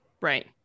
Right